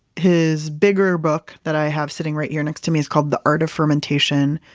his bigger book that i have sitting right here next to me is called the art of fermentation.